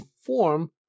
form